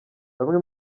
bamwe